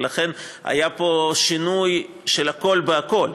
ולכן היה פה שינוי של הכול בכול,